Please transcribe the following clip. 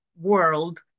world